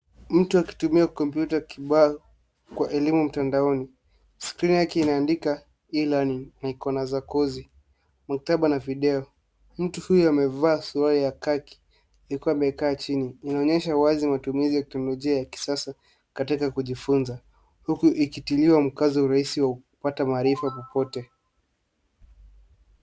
Mtu anatumia kompyuta kubwa kwa elimu mtandaoni. Skrini yake ina maandishi na ikoni za kuonesha masomo na video. Mtu huyo amevaa mavazi ya kawaida. Chini ya kioo kuna bendera ndogo, ikionyesha wazi matumizi ya teknolojia ya kisasa katika kujifunza. Hii inaonyesha mkazo rahisi wa upatikanaji wa maarifa kutoka kokote.